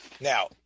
Now